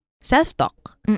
self-talk